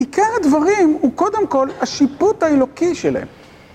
עיקר הדברים הוא קודם כל השיפוט האלוקי שלהם.